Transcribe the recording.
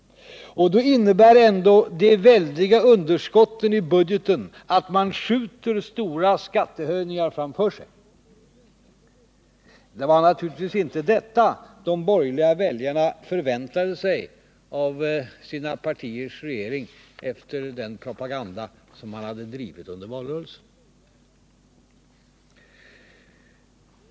Och då innebär ändå de väldiga underskotten i budgeten att man skjuter stora skattehöjningar framför sig. Det var naturligtvis inte detta de borgerliga väljarna förväntade sig av sina partiers regering efter den propaganda de hade drivit under valrörelsen.